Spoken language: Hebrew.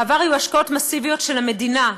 בעבר היו השקעות מסיביות של המדינה.